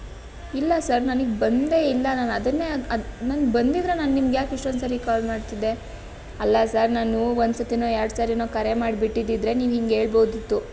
ಇಲ್ಲ ಸರ್ ನನಗೆ ಬಂದೇ ಇಲ್ಲ ನಾನದನ್ನೇ ಆಗ ಅಗ್ ನನಗೆ ಬಂದಿದ್ರೆ ನಾನು ನಿಮಗ್ಯಾಕೆ ಇಷ್ಟೊಂದು ಸರಿ ಕಾಲ್ ಮಾಡ್ತಿದ್ದೆ ಅಲ್ಲ ಸರ್ ನಾನು ಒಂದು ಸತಿನೋ ಎರಡು ಸಾರಿನೋ ಕರೆ ಮಾಡ್ಬಿಟ್ಟಿದಿದ್ರೆ ನೀವು ಹೀಗೆ ಹೇಳ್ಬೋದಿತ್ತು